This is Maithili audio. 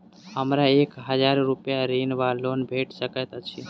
हमरा एक हजार रूपया ऋण वा लोन भेट सकैत अछि?